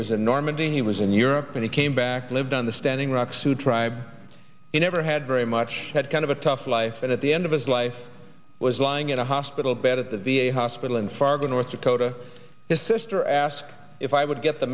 and he was in europe and he came back lived on the standing rock sioux tribe in never had very much had kind of a tough life and at the end of his life was lying in a hospital bed at the v a hospital in fargo north dakota his sister asked if i would get the